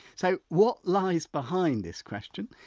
so what lies behind this question?